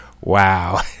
Wow